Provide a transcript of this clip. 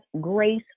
grace